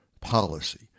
policy